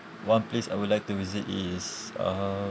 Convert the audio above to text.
one place I would like to visit is um